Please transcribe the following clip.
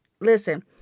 Listen